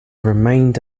remained